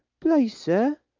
please, sir,